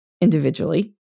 individually